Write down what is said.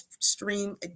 stream